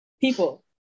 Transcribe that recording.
people